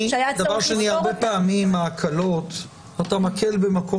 תשימו לב שההורדה של האפשרות להכניס תקנות שהן בגדר הקלה לתוקף